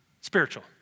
spiritual